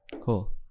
cool